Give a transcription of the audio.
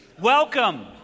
Welcome